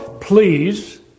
please